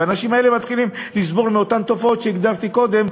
והאנשים האלה מתחילים לסבול מאותן תופעות שהגדרתי קודם,